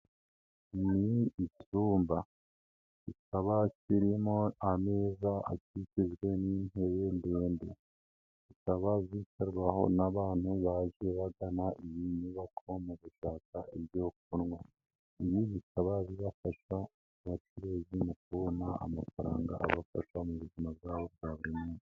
Ni icyumba kikaba kirimo ameza akikijwe n'intebe ndende ,zikaba byitabwaho n'abantu bagiye bagana iyi nyubako mu gushaka ibyo kunywa. Ibi bikaba bibafasha abacuruzi mu kubona amafaranga abafasha mu buzima bwabo bwa buri muntu.